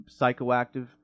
psychoactive